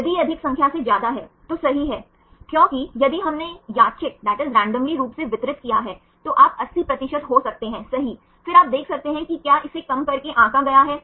और प्रोटीन में कई अल्फा हेलिकल सेगमेंट अलग अलग अवशेषों से होते हैं लगभग ग्लोब्यूलर प्रोटीन में अल्फा हेलिकों की औसत लंबाई क्या है